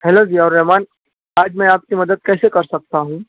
hello Zia ur Rahman آج میں آپ کی مدد کیسے کر سکتا ہوں